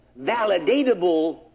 validatable